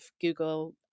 Google